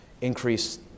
increase